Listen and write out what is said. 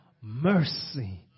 mercy